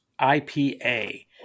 IPA